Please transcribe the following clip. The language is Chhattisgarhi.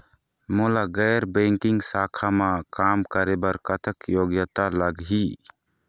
मोला गैर बैंकिंग शाखा मा काम करे बर कतक योग्यता लगही?